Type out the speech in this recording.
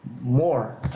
more